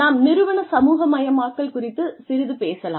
நாம் நிறுவன சமூகமயமாக்கல் குறித்து சிறிது பேசலாம்